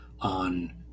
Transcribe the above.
on